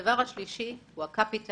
הדבר השלישי הוא ה-capital,